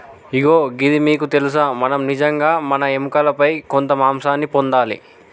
ఇగో గిది మీకు తెలుసా మనం నిజంగా మన ఎముకలపై కొంత మాంసాన్ని పొందాలి